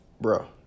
bro